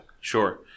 Sure